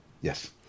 yes